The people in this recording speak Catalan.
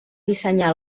dissenyar